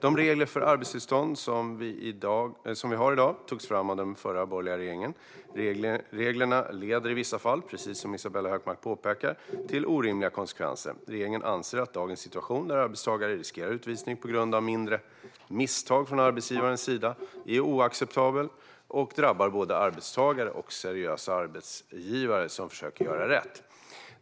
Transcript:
De regler för arbetstillstånd som vi har i dag togs fram av den förra borgerliga regeringen. Reglerna leder i vissa fall, precis som Isabella Hökmark påpekar, till orimliga konsekvenser. Regeringen anser att dagens situation där arbetstagare riskerar utvisning på grund av mindre misstag från arbetsgivarens sida är oacceptabel och drabbar både arbetstagare och seriösa arbetsgivare som försöker att göra rätt.